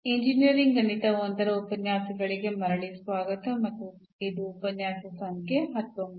engineering ಗಣಿತ I ರ ಉಪನ್ಯಾಸಗಳಿಗೆ ಮರಳಿ ಸ್ವಾಗತ ಮತ್ತು ಇದು ಉಪನ್ಯಾಸ ಸಂಖ್ಯೆ 19